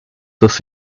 dass